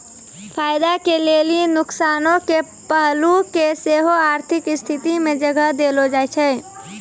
फायदा के लेली नुकसानो के पहलू के सेहो आर्थिक स्थिति मे जगह देलो जाय छै